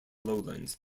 lowlands